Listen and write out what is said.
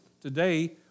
today